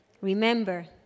remember